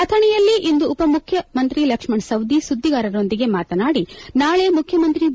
ಅಥಣಿಯಲ್ಲಿ ಇಂದು ಉಪಮುಖ್ಯಮಂತ್ರಿ ಲಕ್ಷ್ಮಣ್ ಸವದಿ ಸುದ್ದಿಗಾರೊಂದಿಗೆ ಮಾತನಾಡಿ ನಾಳೆ ಮುಖ್ಯಮಂತ್ರಿ ಬಿ